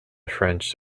french